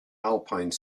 alpine